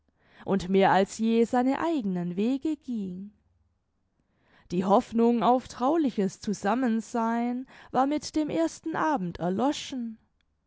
und mehr als je seine eigene wege ging die hoffnung auf trauliches zusammensein war mit dem ersten abend erloschen